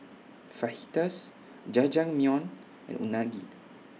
Fajitas Jajangmyeon and Unagi